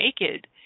naked